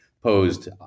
posed